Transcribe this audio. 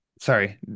sorry